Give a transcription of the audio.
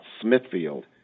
Smithfield